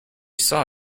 saw